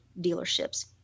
dealerships